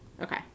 Okay